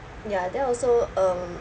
yeah that also um